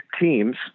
teams